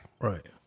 right